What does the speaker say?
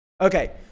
okay